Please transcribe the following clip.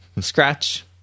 scratch